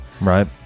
Right